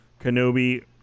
Kenobi